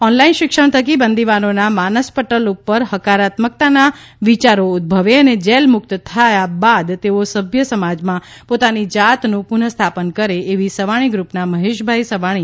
online શિક્ષણ થકી બંદિવાનોના માનસપટલ ઉપર હકારાત્મકતાના વિચારો ઉદ્દભવે અને જેલમુક્ત થયા બાદ તેઓ સભ્ય સમાજમાં પોતાની જાતનું પુનઃસ્થાપન કરે એવી સવાણી ગૃપના મહેશભાઈ સવાણીએ આશા વ્યકત કરી હતી